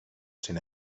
sin